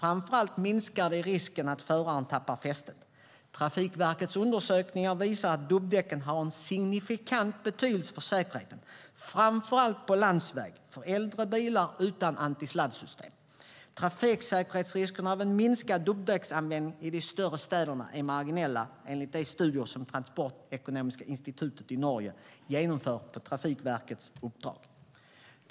Framför allt minskar de risken för att föraren tappar fästet. Trafikverkets undersökningar visar att dubbdäcken har en signifikant betydelse för säkerheten, framför allt på landsväg, för äldre bilar utan antisladdsystem. Trafiksäkerhetsriskerna av en minskad dubbdäcksanvändning i de större städerna är marginella enligt de studier som Transportøkonomisk institutt i Norge genomför på Trafikverkets uppdrag.